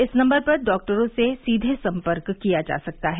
इस नम्बर पर डॉक्टरों से सीधे संपर्क किया जा सकता है